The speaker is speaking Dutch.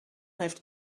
heeft